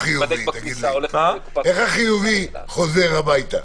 איך החיובי חוזר הביתה?